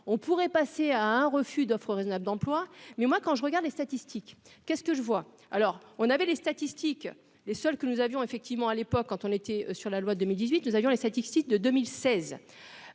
on pourrait passer à un refus d'offres raisonnables d'emploi mais moi quand je regarde les statistiques, qu'est ce que je vois, alors on avait les statistiques, les seules que nous avions effectivement à l'époque quand on était sur la loi de 2018 nous avions les statistiques de 2016